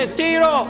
tiro